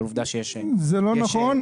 אבל עובדה שיש --- זה לא נכון,